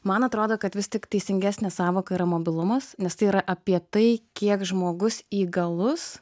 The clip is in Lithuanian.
man atrodo kad vis tik teisingesnė sąvoka yra mobilumas nes tai yra apie tai kiek žmogus įgalus